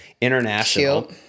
International